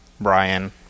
brian